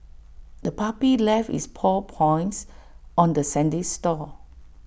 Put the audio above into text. the puppy left its paw points on the sandy store